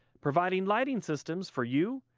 providing lighting systems for you,